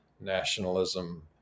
nationalism